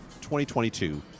2022